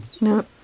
No